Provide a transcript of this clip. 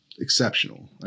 exceptional